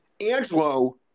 angelo